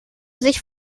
sich